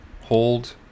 hold